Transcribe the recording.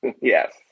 Yes